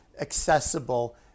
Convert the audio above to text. accessible